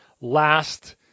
last